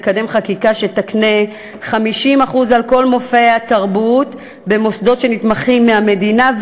לקדם חקיקה שתקנה 50% הנחה על כל מופעי התרבות במוסדות שנתמכים מהמדינה,